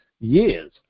years